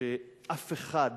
שאף אחד